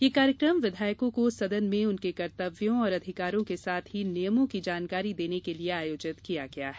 यह कार्यक्रम में विधायकों को सदन में उनके कर्तव्यों और अधिकारों के साथ ही नियमों की जानकारी देने के लिये आयोजित किया गया है